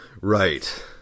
Right